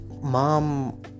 mom